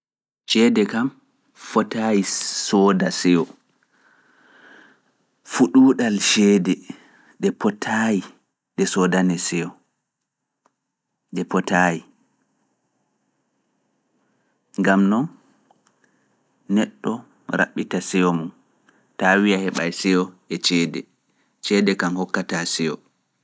Ceede kam fotaayi sooda seyo, fuɗuuɗal ceede ɗe potaayi ɗe soodane seyo, ɗe potaayi. Ngam noon neɗɗo raɓɓita seyo mum, ta wi’a heɓai seyo e ceede, ceede kam hokkataa seyo.